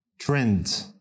trend